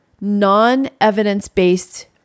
non-evidence-based